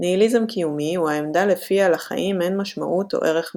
ניהיליזם קיומי הוא העמדה לפיה לחיים אין משמעות או ערך מהותיים.